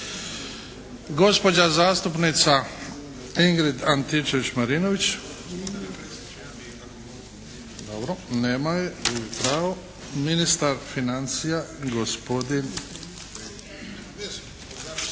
Gospođa zastupnica Ingrid Antičević Marinović. Nema je. Gubi pravo. Ministar financija, gospodin